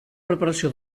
preparació